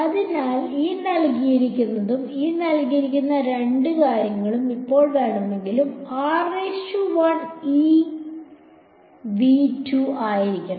അതിനാൽ ഇത് ഒരു എപ്പോൾ വേണമെങ്കിലും ആയിരിക്കണം